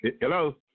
Hello